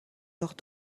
leurs